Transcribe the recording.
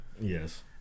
yes